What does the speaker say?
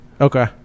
Okay